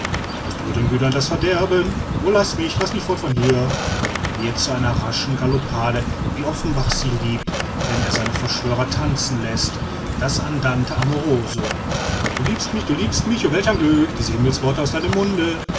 es droht den brüdern das verderben o laß mich laß mich fort von hier wird zu einer raschen galopade wie offenbach sie liebt wenn er seine verschwörer tanzen läßt das andante amoroso du liebest mich du liebest mich o welch ein glück dies himmelswort aus deinem munde